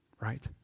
Right